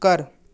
ਘਰ